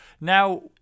Now